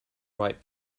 write